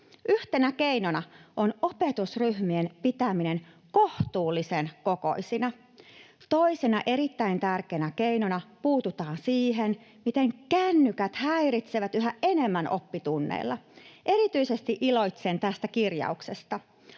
Yhtenä keinona on opetusryhmien pitäminen kohtuullisen kokoisina. Toisena erittäin tärkeänä keinona puututaan siihen, miten kännykät häiritsevät yhä enemmän oppitunneilla. Erityisesti iloitsen tästä kirjauksesta: